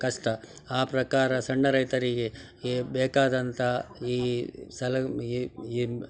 ಕಷ್ಟ ಆ ಪ್ರಕಾರ ಸಣ್ಣ ರೈತರಿಗೆ ಈ ಬೇಕಾದಂತಹ ಈ ಸಲ ಈ ಈ